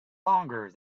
longer